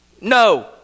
No